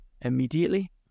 immediately